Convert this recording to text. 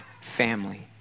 family